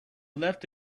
left